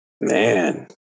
man